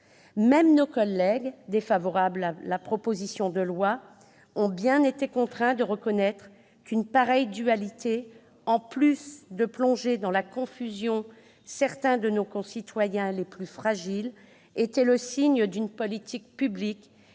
Même nos collègues défavorables à la proposition de loi ont bien été contraints de reconnaître qu'une pareille dualité, en plus de plonger dans la confusion certains de nos concitoyens les plus fragiles, était le signe d'une politique publique